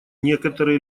некоторые